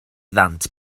ddant